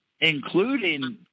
including